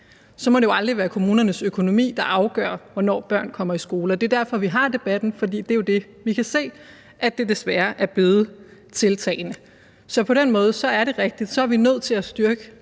må det jo aldrig være kommunernes økonomi, der afgør, hvornår børn kommer i skole. Det er derfor, vi har debatten, for det er jo det, vi kan se at det desværre i tiltagende grad er blevet. Så på den måde er det rigtigt, at vi er nødt til at styrke